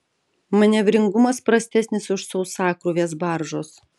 manevringumas prastesnis už sausakrūvės baržos